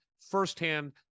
firsthand